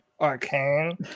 arcane